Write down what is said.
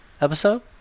episode